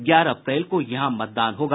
ग्यारह अप्रैल को यहां मतदान होगा